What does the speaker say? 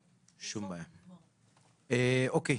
אוקיי.